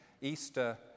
Easter